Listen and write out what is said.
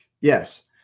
Yes